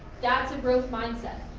that's a growth mind set.